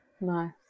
Nice